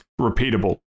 repeatable